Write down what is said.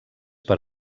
per